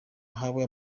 bahawe